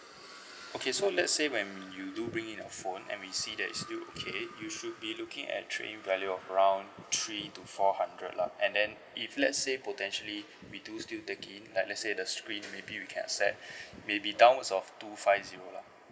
okay so let's say when you do bring in your phone and we see that it's still okay you should be looking at trade in value of around three to four hundred lah and then if let's say potentially we do still take in like let's say the screen maybe we can accept maybe downwards of two five zero lah